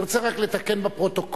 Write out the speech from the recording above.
אני רוצה רק לתקן בפרוטוקול.